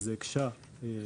וזה הקשה.